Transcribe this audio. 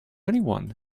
anyone